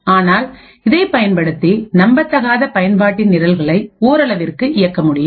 ஆனால் இதை பயன்படுத்தி நம்பத்தகாத பயன்பாட்டின் நிரல்களை ஓரளவிற்கு இயக்க முடியும்